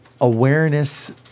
awareness